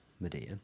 Medea